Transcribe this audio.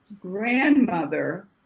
grandmother